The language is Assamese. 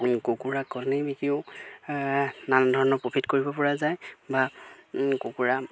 কুকুৰাৰ কণী বিকিও নানান ধৰণৰ প্ৰফিট কৰিব পৰা যায় বা কুকুৰা